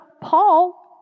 Paul